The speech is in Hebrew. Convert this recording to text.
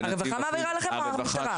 הרווחה מעבירה לכם או המשטרה?